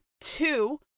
Two